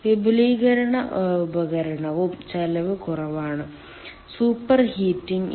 വിപുലീകരണ ഉപകരണം ചെലവ് കുറവാണ് സൂപ്പർ ഹീറ്റിംഗ് ഇല്ല